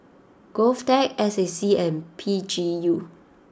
Govtech S A C and P G U